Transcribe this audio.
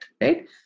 right